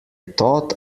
thought